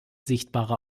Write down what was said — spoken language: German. sichtbare